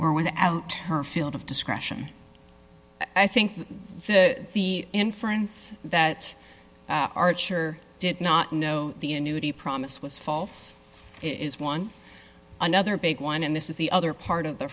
or without her field of discretion i think the the inference that archer did not know the annuity promise was false is one another big one and this is the other part of the